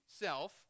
self